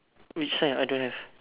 which side I don't have